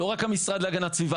לא רק המשרד להגנת הסביבה,